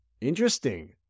Interesting